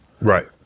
Right